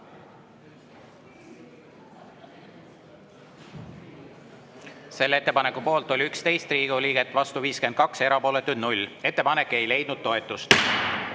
Selle ettepaneku poolt oli 11 Riigikogu liiget, vastu 52, erapooletuid 0. Ettepanek ei leidnud toetust.